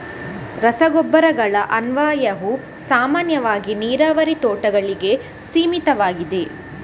ರಸಗೊಬ್ಬರಗಳ ಅನ್ವಯವು ಸಾಮಾನ್ಯವಾಗಿ ನೀರಾವರಿ ತೋಟಗಳಿಗೆ ಸೀಮಿತವಾಗಿದೆ